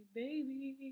baby